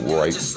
right